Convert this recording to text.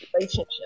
relationship